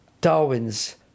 Darwin's